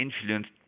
influenced